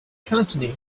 continued